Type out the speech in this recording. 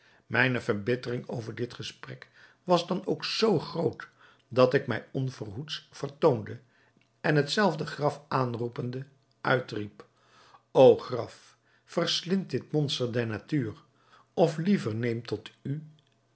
mijne verbittering over dit gesprek was dan ook zoo groot dat ik mij onverhoeds vertoonde en hetzelfde graf aanroepende uitriep o graf verslind dit monster der natuur of liever neem tot u